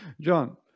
John